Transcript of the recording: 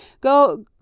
go